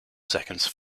seconds